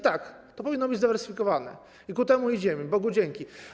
Tak, to powinno być zdywersyfikowane i ku temu idziemy, Bogu dzięki.